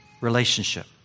Relationship